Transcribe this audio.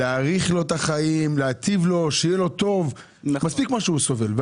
"תכשיר מרשם" פירושו תכשיר רשום ששיווקו מותנה במרשם